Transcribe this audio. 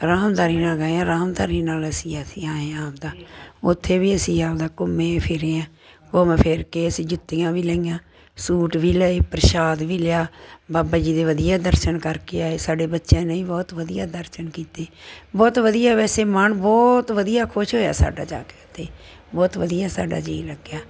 ਆਰਾਮਦਾਰੀ ਨਾਲ ਗਏ ਹਾਂ ਅਰਾਮਦਾਰੀ ਨਾਲ ਅਸੀਂ ਅਸੀਂ ਆਏ ਹਾਂ ਆਪਣਾ ਉੱਥੇ ਵੀ ਅਸੀਂ ਆਪਣਾ ਘੁੰਮੇ ਫਿਰੇ ਹਾਂ ਘੁੰਮ ਫਿਰ ਕੇ ਅਸੀਂ ਜੁੱਤੀਆਂ ਵੀ ਲਈਆਂ ਸੂਟ ਵੀ ਲਏ ਪ੍ਰਸ਼ਾਦ ਵੀ ਲਿਆ ਬਾਬਾ ਜੀ ਦੇ ਵਧੀਆ ਦਰਸ਼ਨ ਕਰਕੇ ਆਏ ਸਾਡੇ ਬੱਚਿਆਂ ਨੇ ਵੀ ਬਹੁਤ ਵਧੀਆ ਦਰਸ਼ਨ ਕੀਤੇ ਬਹੁਤ ਵਧੀਆ ਵੈਸੇ ਮਨ ਬਹੁਤ ਵਧੀਆ ਖੁਸ਼ ਹੋਇਆ ਸਾਡਾ ਜਾ ਕੇ ਉੱਥੇ ਬਹੁਤ ਵਧੀਆ ਸਾਡਾ ਜੀਅ ਲੱਗਿਆ